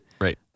Right